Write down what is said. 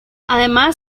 además